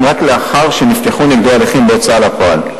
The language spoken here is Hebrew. רק לאחר שנפתחו נגדו הליכים בהוצאה לפועל.